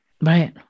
Right